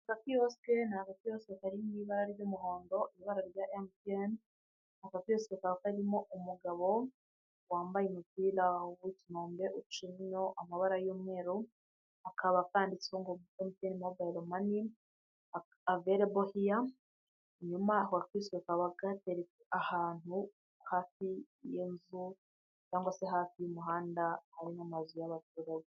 Agakiyosike, ni agakiyosike kari mu ibara ry'umuhondo, ibara rya MTN. Aka gakiyosike kaba karimo umugabo wambaye umupira w'ikinombe, uciyemo amabara y'umweru, akaba kanditseho ngo MTN mobile money available here, nyuma aka gakiyosike kakaba kari ahantu hafi y'inzu cyangwa se hafi y'umuhanda, ari n'amazu y'abaturage.